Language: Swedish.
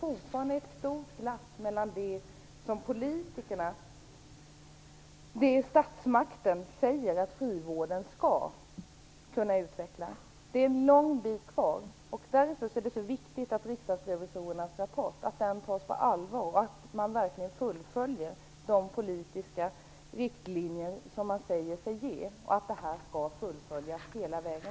Fortfarande är det ett stort glapp när det gäller det som statsmakten säger, att frivården skall kunna utvecklas. Därför är det mycket viktigt att riksdagsrevisorernas rapport tas på allvar och att man verkligen fullföljer de politiska riktlinjer som man säger sig ge. Det här skall fullföljas hela vägen.